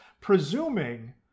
presuming